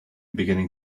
beginning